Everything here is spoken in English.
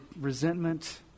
resentment